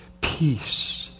peace